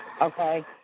okay